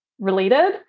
related